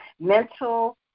mental